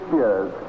years